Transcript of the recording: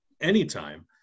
anytime